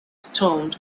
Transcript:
termed